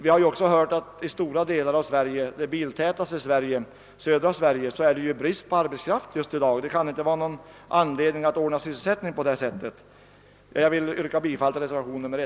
I stora delar av Sverige — det biltätaste Sverige, södra Sverige — råder dessutom brist på arbetskraft i dag; någon anledning att ordna sysselsättning på detta sätt finns därför knappast. Jag ber att få yrka bifall till reservationen I.